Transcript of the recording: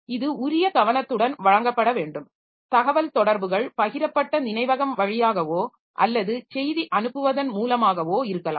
இது உரிய கவனத்துடன் வழங்கப்பட வேண்டும் தகவல்தொடர்புகள் பகிரப்பட்ட நினைவகம் வழியாகவோ அல்லது செய்தி அனுப்புவதன் மூலமாகவோ இருக்கலாம்